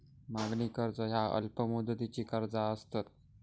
मागणी कर्ज ह्या अल्प मुदतीची कर्जा असतत